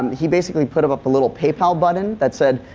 he basically put up up a little paypal button that said,